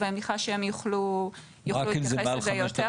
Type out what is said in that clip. אבל אני מניחה שמשרד הפנים יוכלו להתייחס לזה יותר.